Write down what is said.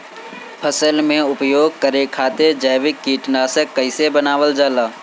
फसल में उपयोग करे खातिर जैविक कीटनाशक कइसे बनावल जाला?